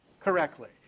correctly